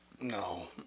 No